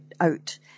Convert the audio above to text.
out